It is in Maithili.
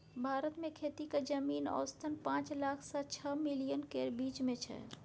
भारत मे खेतीक जमीन औसतन पाँच लाख सँ छअ मिलियन केर बीच मे छै